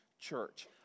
church